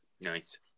Nice